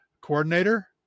coordinator